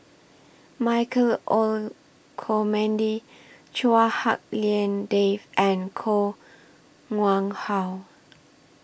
Michael Olcomendy Chua Hak Lien Dave and Koh Nguang How